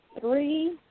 three